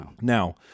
now